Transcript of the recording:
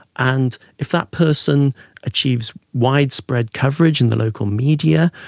and if that person achieves widespread coverage in the local media,